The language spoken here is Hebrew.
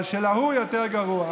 אבל של ההוא יותר גרועה.